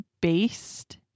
based